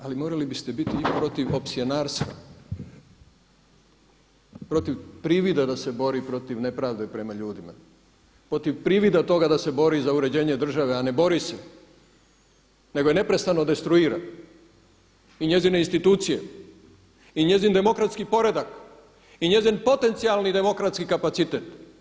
Ali morali biste protiv i opsjenarstva, protiv privida da se bori protiv nepravde prema ljudima, protiv privida toga da se bori za uređenje države a ne bori se, nego je neprestano destruira i njezine institucije i njezin demokratski poredak i njezin potencijalni demokratski kapacitet.